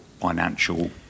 financial